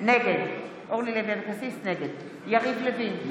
נגד יריב לוין,